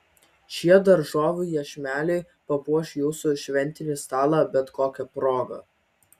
šie daržovių iešmeliai papuoš jūsų šventinį stalą bet kokia proga